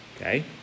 Okay